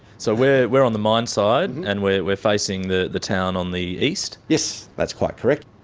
so we're we're on the mine side and we're we're facing the the town on the east. yes, that's quite correct.